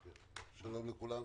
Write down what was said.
שלום לכולם.